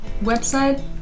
Website